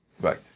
Right